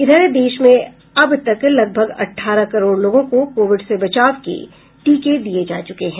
इधर देश में अब तक लगभग अठारह करोड़ लोगों को कोविड से बचाव के टीके दिये जा चुके हैं